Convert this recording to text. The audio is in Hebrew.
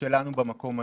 שלנו במקום הזה.